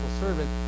servant